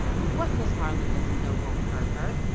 what miss harland doesn't know won't hurt her.